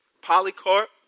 Polycarp